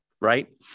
right